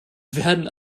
werden